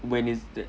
when is that